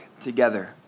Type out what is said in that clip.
together